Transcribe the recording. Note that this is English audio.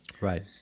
Right